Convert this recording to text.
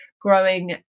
growing